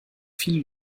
viele